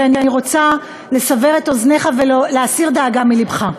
כי אני רוצה לסבר את אוזנך ולהסיר דאגה מלבך.